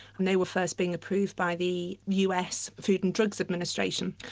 and they were first being approved by the us food and drugs administration.